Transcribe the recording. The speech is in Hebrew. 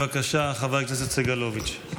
בבקשה, חבר הכנסת סגלוביץ'.